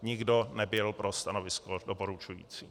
Nikdo nebyl pro stanovisko doporučující.